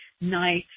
nice